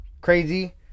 crazy